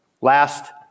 Last